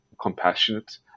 compassionate